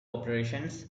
operations